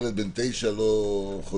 ילד בן תשע לא חוצה